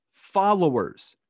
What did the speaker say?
followers